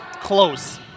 close